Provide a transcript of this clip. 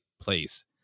place